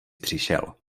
přišel